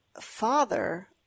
father –